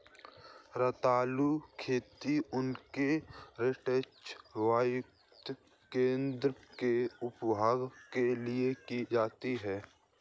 रतालू खेती उनके स्टार्च युक्त कंदों के उपभोग के लिए की जाती है